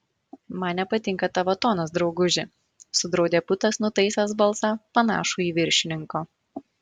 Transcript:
man nepatinka tavo tonas drauguži sudraudė putas nutaisęs balsą panašų į viršininko